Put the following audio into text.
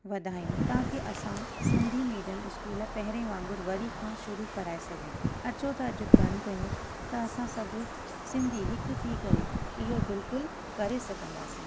वधायूं ताकी असां सिंधी मिडियम स्कूल पहिरें वांगुरु वरी खां शुरू कराए सघूं अचो त अॼु प्रण कयूं त असां सभु सिंधी हिक थी करे इहो बिल्कुलु करे सघंदासीं